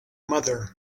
mother